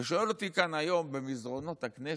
ושואלים אותי כאן היום במסדרונות הכנסת: